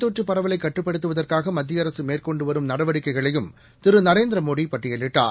தொற்றுபரவலைகட்டுப்படுத்துவதற்காகமத்தியஅரசுமேற்கொண்டுவரும் நோய் நடவடிக்கைகளையும் திருநரேந்திரமோடிபட்டியலிட்டார்